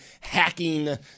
hacking